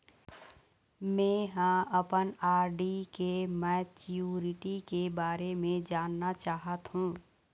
में ह अपन आर.डी के मैच्युरिटी के बारे में जानना चाहथों